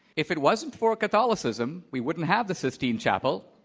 if it wasn't for catholicism, we wouldn't have the sistine chapel.